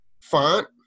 font